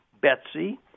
Betsy